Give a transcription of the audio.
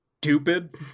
stupid